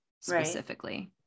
specifically